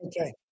Okay